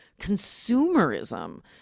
consumerism